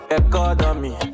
economy